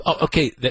Okay